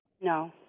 No